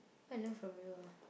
what I learn from her ah